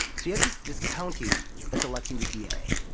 so you have this this county that's electing the da.